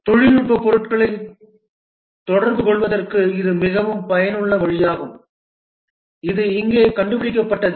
தொழில்நுட்ப பொருட்களை தொடர்புகொள்வதற்கு இது மிகவும் பயனுள்ள வழியாகும் இது இங்கே கண்டுபிடிக்கப்பட்டது